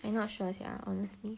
I not sure sia honestly